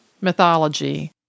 mythology